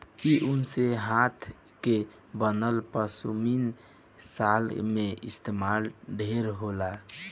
इ ऊन से हाथ के बनल पश्मीना शाल में इस्तमाल ढेर होला